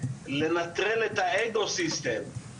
לנטרל את האגו סיסטם,